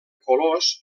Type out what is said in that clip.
colors